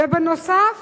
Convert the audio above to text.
בנוסף,